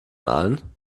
allen